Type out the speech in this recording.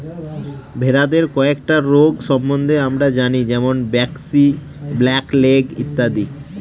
ভেড়াদের কয়েকটা রোগ সম্বন্ধে আমরা জানি যেমন ব্র্যাক্সি, ব্ল্যাক লেগ ইত্যাদি